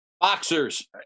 Boxers